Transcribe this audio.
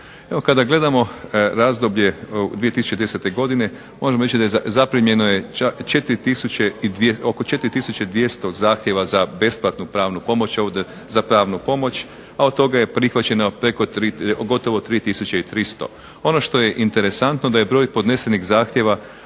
kada gledamo razdoblje 2010. godine možemo reći da je zaprimljeno je čak oko 4200 zahtjeva za besplatnu pravnu pomoć, za pravnu pomoć, a od toga je prihvaćeno gotovo 3300. Ono što je interesantno da je broj podnesenih zahtjeva